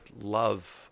love